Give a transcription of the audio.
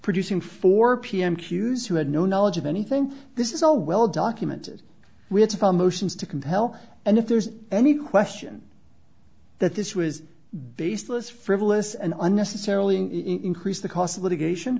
producing four pm q s who had no knowledge of anything this is all well documented we had to file motions to compel and if there's any question that this was baseless frivolous and unnecessarily increase the costs of litigation